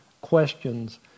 questions